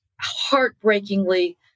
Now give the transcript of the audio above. heartbreakingly